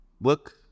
work